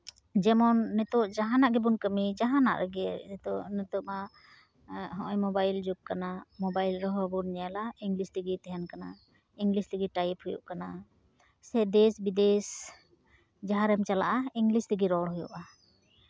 ᱡᱮᱢᱚᱱ ᱱᱤᱛᱳᱜ ᱡᱟᱦᱟᱸᱱᱟᱜ ᱜᱮᱵᱚᱱ ᱠᱟᱹᱢᱤᱭ ᱡᱟᱦᱟᱸᱱᱟᱜ ᱜᱮ ᱱᱤᱛᱳᱜ ᱱᱤᱛᱳᱜ ᱢᱟ ᱦᱚᱸᱜᱼᱚᱭ ᱢᱳᱵᱟᱭᱤᱞ ᱡᱩᱜᱽ ᱠᱟᱱᱟ ᱢᱳᱵᱟᱭᱤᱞ ᱨᱮᱦᱚᱸ ᱵᱚᱱ ᱧᱮᱞᱟ ᱤᱝᱞᱤᱥ ᱛᱮᱜᱮ ᱛᱟᱦᱮᱱ ᱠᱟᱱᱟ ᱤᱝᱞᱤᱥ ᱛᱮᱜᱮ ᱴᱟᱭᱤᱯ ᱦᱩᱭᱩᱜ ᱠᱟᱱᱟ ᱥᱮ ᱫᱮᱥ ᱵᱤᱫᱮᱥ ᱡᱟᱦᱟᱸᱨᱮᱢ ᱪᱟᱞᱟᱜᱼᱟ ᱤᱝᱞᱤᱥ ᱛᱮᱜᱮ ᱨᱚᱲ ᱦᱩᱭᱩᱜᱼᱟ